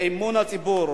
באמון הציבור,